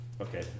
okay